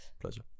pleasure